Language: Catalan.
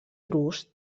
drus